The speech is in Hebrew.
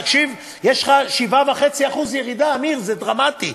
תקשיב, יש לך 7.5% ירידה, עמיר, זה דרמטי.